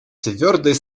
твердой